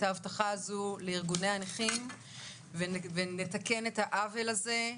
ההבטחה הזו לארגוני הנכים ונתקן את העוול הזה.